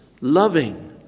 loving